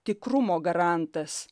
tikrumo garantas